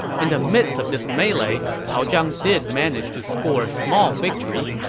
and the midst of this melee, cao zhang did manage to score a small victory.